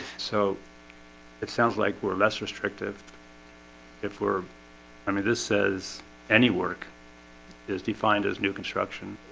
so it sounds like we're less restrictive if we're i mean this says any work is defined as new construction